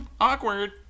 awkward